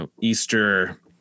Easter